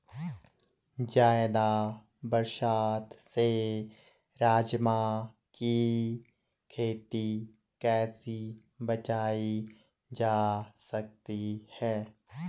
ज़्यादा बरसात से राजमा की खेती कैसी बचायी जा सकती है?